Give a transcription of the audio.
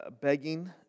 begging